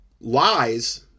lies